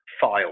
file